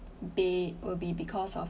they will be because of